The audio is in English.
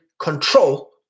control